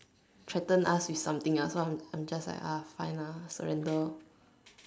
threaten us with something else so I'm I'm just like ah fine ah surrender lor